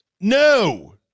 No